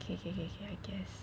K K K K I guess